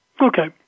Okay